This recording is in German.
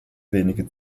wenige